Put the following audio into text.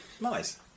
nice